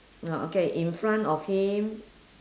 okay in front of him